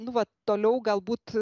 nu vat toliau galbūt